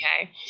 Okay